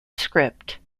script